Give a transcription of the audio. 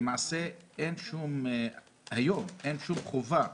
ולמעשה היום אין שום חובה